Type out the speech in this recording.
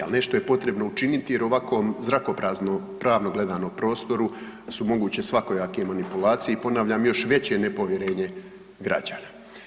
Ali nešto je potrebno učiniti jer u ovako zrakoprazno pravno gledano prostoru su moguće svakojake manipulacije i ponavljam još veće nepovjerenje građana.